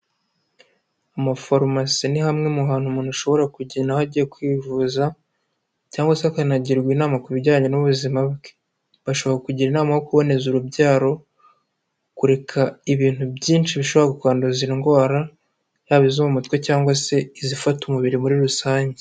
Amafarumasi ni hamwe mu hantu umuntu ashobora kugera aho agiye kwivuza cyangwa se akanagirwa inama ku bijyanye n'ubuzima bwe, bashobora kukugira inama yo kuboneza urubyaro, kureka ibintu byinshi bishobora kwanduza indwara yaba izo mu mutwe cyangwa se izifata umubiri muri rusange.